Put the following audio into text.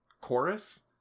Chorus